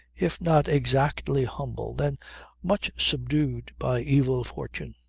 if not exactly humble, then much subdued by evil fortune.